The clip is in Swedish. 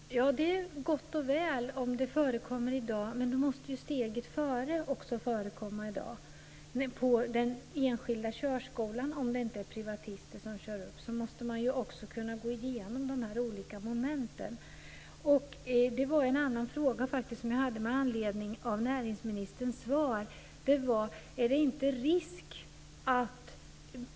Fru talman! Det är gott och väl om det förekommer i dag. Men då måste steget före också förekomma i dag på den enskilda körskolan. Om det inte är privatister som kör upp, måste man också kunna gå igenom de här olika momenten. Jag hade faktiskt en annan fråga med anledning av näringsministerns svar.